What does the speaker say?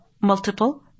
multiple